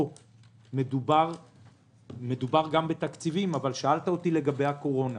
פה גם בתקציבים אבל שאלת אותי לגבי הקורונה.